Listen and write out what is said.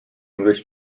english